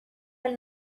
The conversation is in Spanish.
del